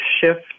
shift